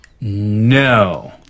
No